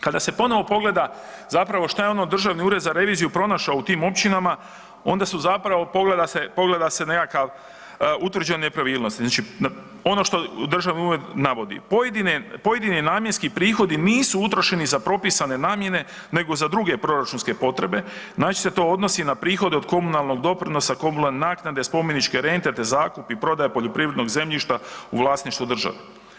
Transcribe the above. Kada se ponovno pogleda zapravo šta je ono Državni ured za reviziju pronašao u tim općinama, onda su zapravo pogleda se nekakav utvrđene nepravilnosti, znači ono što Državni ured navodi, pojedine namjenski prihodi nisu utrošeni za propisane namjene nego za druge proračunske potrebe, najčešće se to odnosi na prihode od komunalnog doprinosa, komunalne naknade, spomeničke rente te zakup i prodaja poljoprivrednog zemljišta u vlasništvu države.